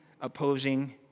opposing